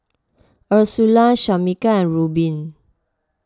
Ursula Shamika and Reubin